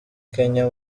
kenya